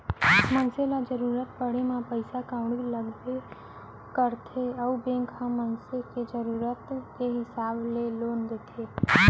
मनसे ल जरूरत परे म पइसा कउड़ी लागबे करथे अउ बेंक ह मनसे के जरूरत के हिसाब ले लोन देथे